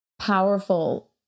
powerful